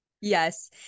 Yes